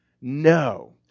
no